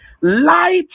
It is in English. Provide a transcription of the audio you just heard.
light